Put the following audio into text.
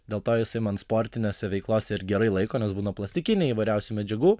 dėl to jisai man sportinėse veiklos ir gerai laiko nes būna plastikiniai įvairiausių medžiagų